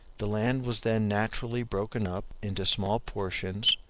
the land was then naturally broken up into small portions,